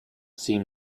seem